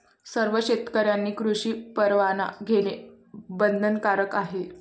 सर्व शेतकऱ्यांनी कृषी परवाना घेणे बंधनकारक आहे